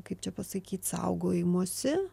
kaip čia pasakyt saugojimosi